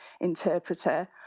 interpreter